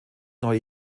neue